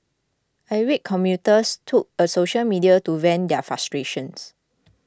irate commuters took a social media to vent their frustrations